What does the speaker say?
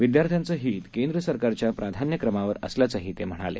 विद्यार्थ्यांचहितकेंद्रसरकारच्याप्राधान्यक्रमावरअसल्याचंहीतेम्हणाले